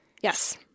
Yes